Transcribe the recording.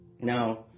Now